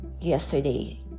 yesterday